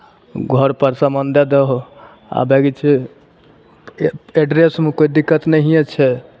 घरपर सामान दए दहो आ बाँकी छै ए एड्रैसमे कोइ दिक्कत नहिए छै